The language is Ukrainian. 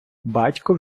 батько